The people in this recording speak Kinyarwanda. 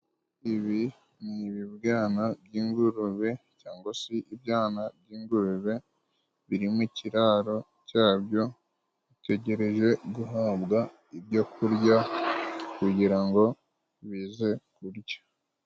Ibi ni ibibwana by'ingurube cyangwa se ibyana by'ingurube biri mu kiraro cyabyo, bitegereje guhabwa ibyo kurya kugira ngo bize ku kurya.